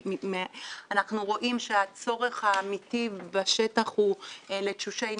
כי אנחנו רואים שהצורך האמיתי בשטח הוא לתשושי נפש.